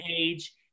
age